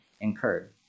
incurred